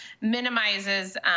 minimizes